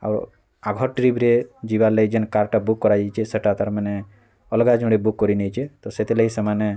ଆଉ ଆଘ ଟ୍ରିପ୍ରେ ଯିବାର୍ ଲାଗି ଯେନ୍ କାର୍ଟା ବୁକ୍ କରାଯାଇଛି ସେଟା ତା'ର୍ ମାନେ ଅଲଗା ଜଣେ ବୁକ୍ କରି ନେଇଛି ତ ସେଥିଲାଗି ସେମାନେ